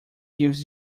gives